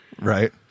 right